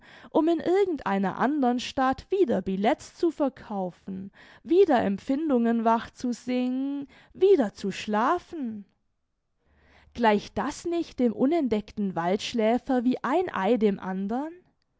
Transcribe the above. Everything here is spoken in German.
um in irgend einer andern stadt wieder billets zu verkaufen wieder empfindungen wach zu singen wieder zu schlafen gleicht das nicht dem unentdeckten waldschläfer wie ein ei dem andern